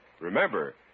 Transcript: Remember